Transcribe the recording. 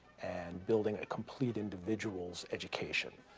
and building a complete individual's education.